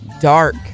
dark